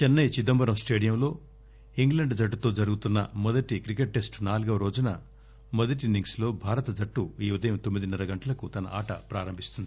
చెన్నై చిదంబరం స్టేడియంలో ఇంగ్లండ్ జట్టుతో జరుగుతున్న మొదటి క్రికెట్ టెస్టు నాల్గవ రోజున మొదటి ఇన్నింగ్స్ లో భారత జట్టు ఈ ఉదయం తొమ్మి దిన్న ర గంటలకు తన ఆట ప్రారంభిస్తుంది